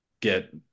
get